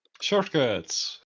Shortcuts